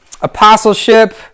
apostleship